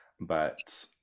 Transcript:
but-